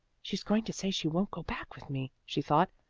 she's going to say she won't go back with me, she thought.